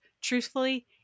truthfully